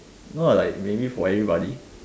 no like maybe for everybody